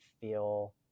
feel